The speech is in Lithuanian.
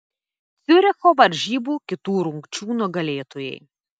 ciuricho varžybų kitų rungčių nugalėtojai